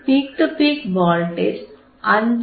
peak to peak voltage 5